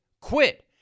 quit